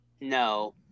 No